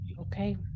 Okay